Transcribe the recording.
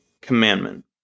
commandment